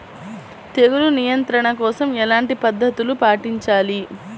తెగులు నియంత్రణ కోసం ఎలాంటి పద్ధతులు పాటించాలి?